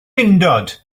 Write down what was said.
undod